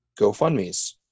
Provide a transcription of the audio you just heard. GoFundmes